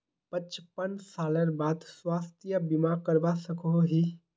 पचपन सालेर बाद स्वास्थ्य बीमा करवा सकोहो ही?